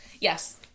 yes